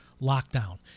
lockdown